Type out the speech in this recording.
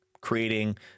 creating